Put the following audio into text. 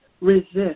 resist